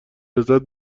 لذت